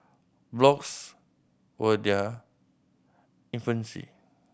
blogs were their infancy